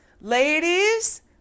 ladies